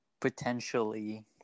potentially